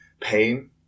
pain